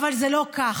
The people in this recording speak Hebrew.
אבל זה לא כך.